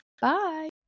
Bye